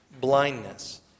blindness